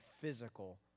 physical